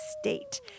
state